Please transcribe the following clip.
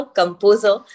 composer